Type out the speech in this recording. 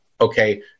okay